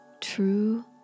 true